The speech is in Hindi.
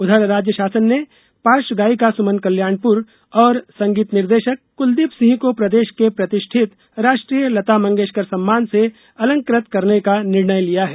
उधर राज्य शासन ने पार्श्व गायिका सुमन कल्याणपुर और संगीत निर्देशक कुलदीप सिंह को प्रदेश के प्रतिष्ठित राष्ट्रीय लता मंगेश्कर सम्मान से अलंकृत करने का निर्णय लिया है